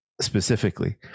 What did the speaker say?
Specifically